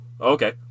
okay